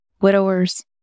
widowers